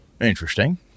interesting